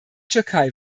türkei